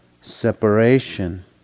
separation